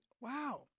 Wow